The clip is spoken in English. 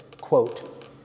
quote